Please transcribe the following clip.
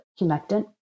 humectant